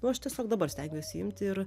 nu aš tiesiog dabar stengiuosi imti ir